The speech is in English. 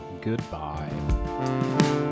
Goodbye